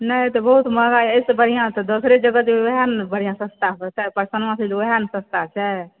नहि ई तऽ बहुत महँगा अइ एहिसॅं बढ़िआँ तऽ दोसरे जगह जेबै वएह ने बढ़िआँ सस्ता परतै प्रसन्ना छै वएह ने सस्ता छै